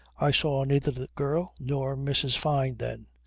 i saw neither the girl nor mrs. fyne then.